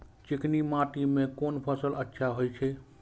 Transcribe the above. चिकनी माटी में कोन फसल अच्छा होय छे?